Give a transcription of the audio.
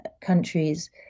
countries